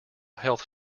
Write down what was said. health